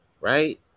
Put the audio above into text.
right